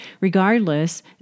regardless